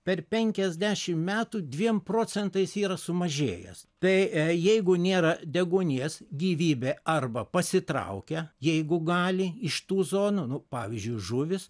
per penkiasdešim metų dviem procentais yra sumažėjęs tai jeigu nėra deguonies gyvybė arba pasitraukia jeigu gali iš tų zonų nu pavyzdžiui žuvys